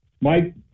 Mike